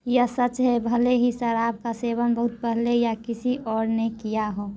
यह सच है भले ही शराब का सेवन बहुत पहले या किसी और ने किया हो